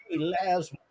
last